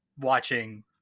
watching